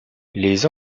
les